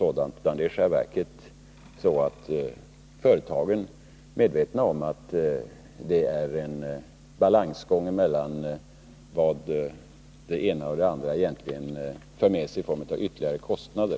I själva verket är företagen medvetna om att det är fråga om en balansgång mellan vad det ena och det andra för med sig i form av ytterligare kostnader.